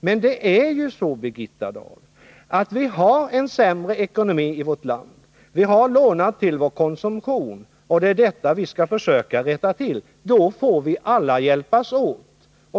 Men det är ju så, Birgitta Dahl, att vi har en sämre ekonomi i vårt land. Vi har lånat till vår konsumtion, och det är detta vi skall försöka rätta till. Då får vi alla hjälpas åt.